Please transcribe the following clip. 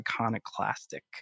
iconoclastic